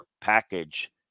package